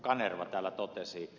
kanerva täällä totesi